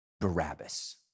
Barabbas